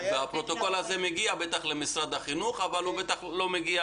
הפרוטוקול הזה מגיע למשרד החינוך אבל הוא לא מגיע